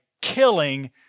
killing